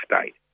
state